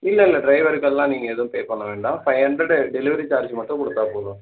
இல்லை இல்லை டிரைவருக்கெல்லாம் நீங்கள் எதுவும் பே பண்ண வேண்டாம் ஃபைவ் ஹண்ரடு டெலிவரி சார்ஜ் மட்டும் கொடுத்தா போதும்